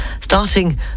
starting